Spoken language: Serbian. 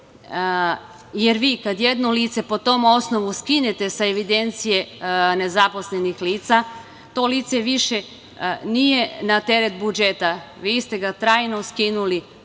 jer vi kad jedno lice po tom osnovu skinete sa evidencije nezaposlenih lica to lice više nije na teret budžeta, vi ste ga trajno skinuli.